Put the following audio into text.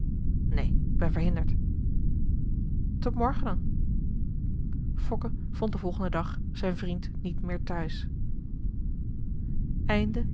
neen ik ben verhinderd tot morgen dan fokke vond den volgenden dag zijn vriend niet meer te huis